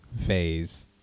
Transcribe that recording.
phase